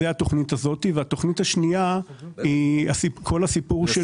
התוכנית השנייה היא כל הסיפור של